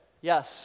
Yes